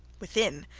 within,